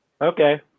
Okay